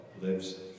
lives